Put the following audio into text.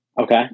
Okay